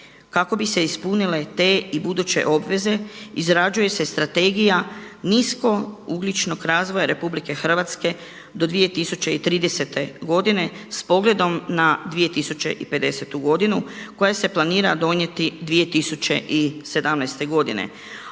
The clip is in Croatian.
Kako bi se ispunile te i buduće obveze izrađuje se strategija nisko-ugljičnog razvoja RH do 2030. godine s pogledom na 2050. godinu koja se planira donijeti 2017. godine